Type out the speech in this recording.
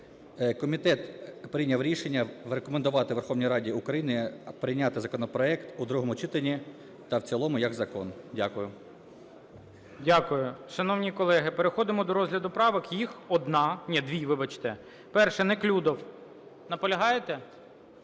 Комітет прийняв рішення рекомендувати Верховній Раді України прийняти законопроект у другому читанні та в цілому, як закон. Дякую. ГОЛОВУЮЧИЙ. Дякую. Шановні колеги, переходимо до розгляду правок, їх одна, ні, дві, вибачте. 1-а, Неклюдов. Наполягаєте?